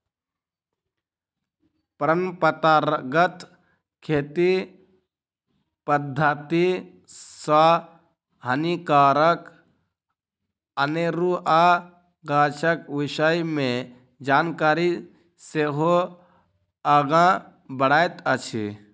परंपरागत खेती पद्धति सॅ हानिकारक अनेरुआ गाछक विषय मे जानकारी सेहो आगाँ बढ़ैत अछि